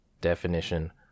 Definition